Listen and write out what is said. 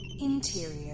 Interior